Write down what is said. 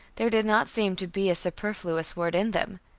there did not seem to be a superfluous word in them.